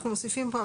אנחנו מוסיפים פה,